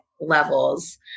levels